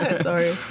Sorry